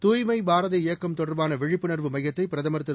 தூய்மை பாரத இயக்கம் தொடர்பான விழிப்புணர்வு மையத்தை பிரதமர் திரு